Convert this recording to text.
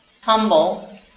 Humble